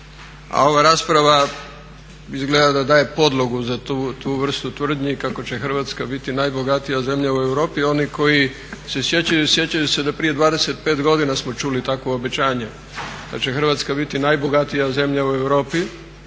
A ova rasprava izgleda da daje podlogu za tu vrstu tvrdnji kako će Hrvatska biti najbogatija zemlja u Europi. Oni koji se sjećaju, sjećaju se da prije 25 godina smo čuli takvo obećanje da će Hrvatska biti najbogatija zemlja u Europi,